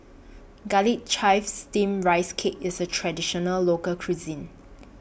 Garlic Chives Steamed Rice Cake IS A Traditional Local Cuisine